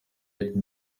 hit